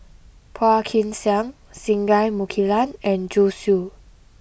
Phua Kin Siang Singai Mukilan and Zhu Xu